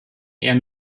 eher